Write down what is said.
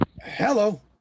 Hello